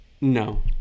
No